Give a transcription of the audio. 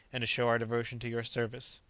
and to show our devotion to your service.